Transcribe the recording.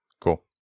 cool